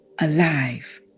alive